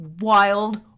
wild